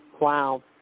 Wow